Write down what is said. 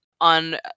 on